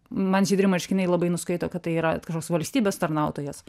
man žydri marškiniai labai nuskaito kad tai yra kažkoks valstybės tarnautojas